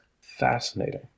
Fascinating